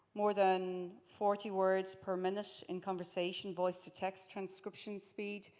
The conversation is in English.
more than forty words per minute in conversation voice to text transcription speed.